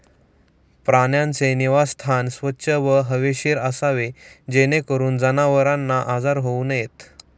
प्राण्यांचे निवासस्थान स्वच्छ व हवेशीर असावे जेणेकरून जनावरांना आजार होऊ नयेत